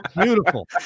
Beautiful